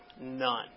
None